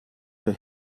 für